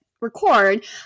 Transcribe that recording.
record